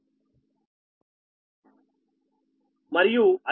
మరియు అదే విధంగా da3b3 0